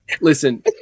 Listen